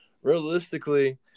realistically